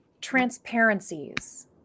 transparencies